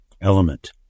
element